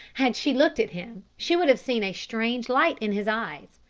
had she looked at him she would have seen a strange light in his eyes.